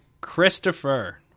Christopher